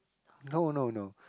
no no no